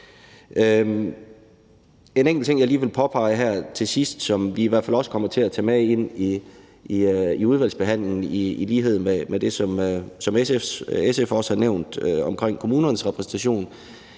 En enkelt ting, jeg lige vil påpege her til sidst, og som vi i hvert fald også kommer til at tage med ind i udvalgsbehandlingen, i lighed med det, som SF også har nævnt omkring kommunernes repræsentation,